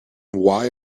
why